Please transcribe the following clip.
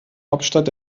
hauptstadt